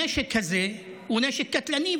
הנשק הזה הוא נשק קטלני,